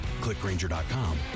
clickgranger.com